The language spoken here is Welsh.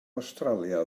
awstralia